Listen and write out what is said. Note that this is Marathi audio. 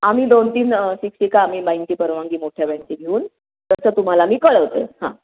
आम्ही दोन तीन शिक्षिका आम्ही बाईंची परवानगी मोठ्या बाईंची घेऊन तसं तुम्हाला मी कळवते हां